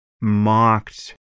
mocked